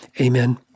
Amen